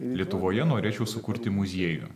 lietuvoje norėčiau sukurti muziejų